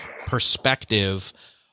perspective